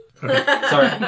Sorry